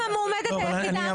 אני המועמדת היחידה.